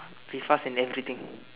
be fast in everything